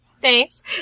Thanks